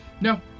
No